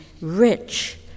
rich